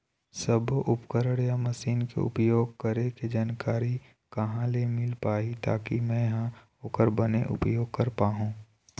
सब्बो उपकरण या मशीन के उपयोग करें के जानकारी कहा ले मील पाही ताकि मे हा ओकर बने उपयोग कर पाओ?